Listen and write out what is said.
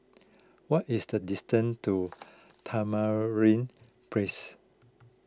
what is the distance to Tamarind Place